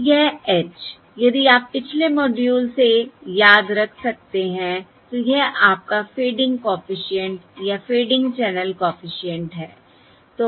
यह h यदि आप पिछले मॉड्यूल से याद रख सकते हैं तो यह आपका फेडिंग कॉफिशिएंट या फेडिंग चैनल कॉफिशिएंट है